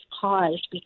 caused